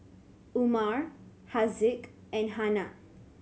Umar Haziq and Hana